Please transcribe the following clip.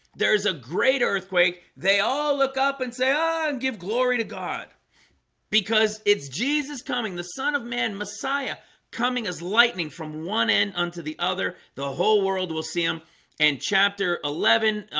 there is a great earthquake. they all look up and say ah, give glory to god because it's jesus coming the son of man messiah coming as lightning from one end unto the other the whole world will see him and chapter eleven,